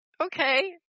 Okay